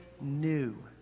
new